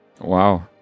Wow